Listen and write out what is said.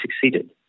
succeeded